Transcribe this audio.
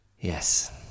Yes